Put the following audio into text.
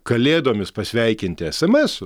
kalėdomis pasveikinti smsu